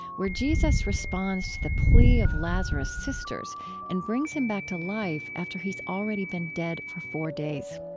where jesus responds to the plea of lazarus' sisters and brings him back to life after he's already been dead for four days.